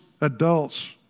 adults